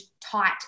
tight